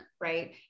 right